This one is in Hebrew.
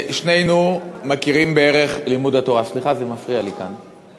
שנינו מכירים בערך לימוד התורה, כל